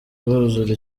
buzura